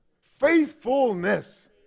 faithfulness